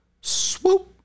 Swoop